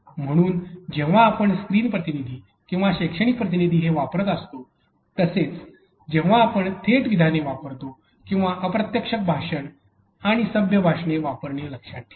म्हणून जेव्हा आपण स्क्रीन प्रतिनिधीं किंवा शैक्षणिक प्रतिनिधीं हे वापरत असतो तसेच जेव्हा आपण थेट विधाने वापरतो तेव्हा अप्रत्यक्ष भाषण आणि सभ्य भाषणे वापरणे लक्षात ठेवा